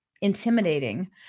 intimidating